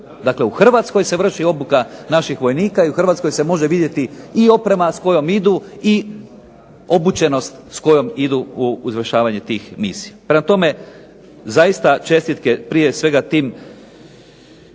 dakle u Hrvatskoj se vrši obuka naših vojnika i u Hrvatskoj se može vidjeti i oprema s kojom idu i obučenost s kojom idu u izvršavanje tih misija. Prema tome, zaista čestitke prije svega tim